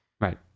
Right